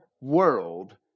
world